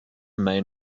main